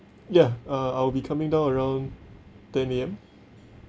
ya uh I'll be coming down around ten A_M